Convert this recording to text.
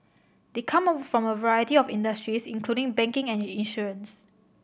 they come from a variety of industries including banking and insurance